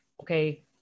okay